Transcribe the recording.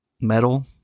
metal